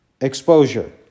Exposure